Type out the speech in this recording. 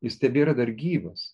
jis tebėra dar gyvas